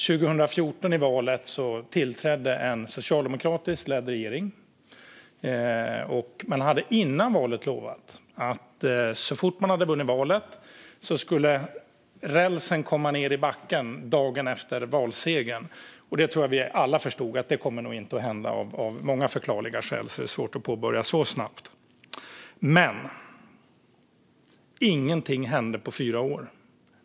Efter valet 2014 tillträdde en socialdemokratiskt ledd regering. Man hade innan valet lovat att så fort man hade vunnit valet skulle rälsen komma ned i backen dagen efter valsegern. Det tror jag att vi alla förstod inte skulle hända av många förklarliga skäl. Det är svårt att påbörja så snabbt. Men ingenting hände på fyra år.